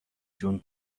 جون